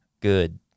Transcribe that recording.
good